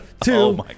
two